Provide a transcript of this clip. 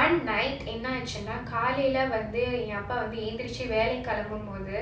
one night காலைல வந்து எங்க அப்பா வந்து எந்திரிச்சு வேளைக்கு போகும் போது:kalaila vandhu enga appa vandhu endhirichu velaiku pogum podhu